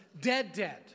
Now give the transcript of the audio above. dead-dead